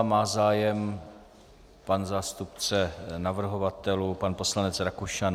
Má zájem pan zástupce navrhovatelů pan poslanec Rakušan?